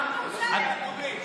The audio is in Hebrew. הם הביאו לפה הצעת חוק,